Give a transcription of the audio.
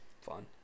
fun